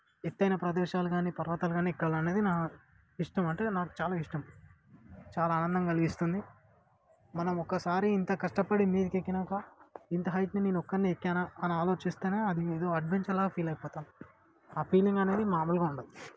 ఎత్తైన ప్రదేశాలు గానీ పర్వతాలు గానీ ఎక్కాలనేది నా ఇష్టం అంటే నాకు చాలా ఇష్టం చాలా ఆనందం కలిగిస్తుంది మనం ఒకసారి ఇంత కష్టపడి మీదకెక్కినాక ఇంత హైట్ని నేనొక్కడినే ఎక్కానా అని ఆలోచిస్తేనే అది ఏదో అడ్వెంచర్లా ఫీల్ అయిపోతాం ఆ ఫీలింగ్ అనేది మామూలుగా ఉండదు